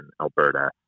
Alberta